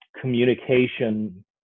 communication